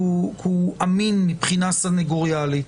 כי הוא אמין מבחינה סנגוריאלית.